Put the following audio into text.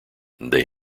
they